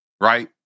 Right